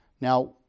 Now